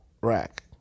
rack